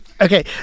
Okay